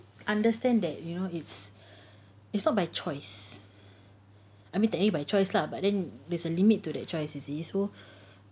understand that you know it's it's not by choice I mean tak yah by choice lah but then there's a limit to the choice so